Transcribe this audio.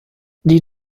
die